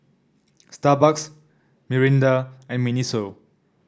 Starbucks Mirinda and Miniso